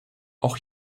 auch